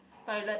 toilet